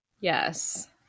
Yes